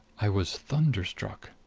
i was thunderstruck.